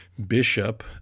bishop